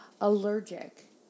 allergic